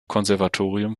konservatorium